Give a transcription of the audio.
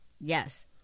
Yes